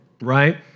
right